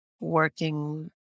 working